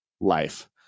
life